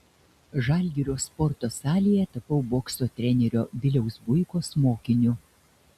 žalgirio sporto salėje tapau bokso trenerio viliaus buikos mokiniu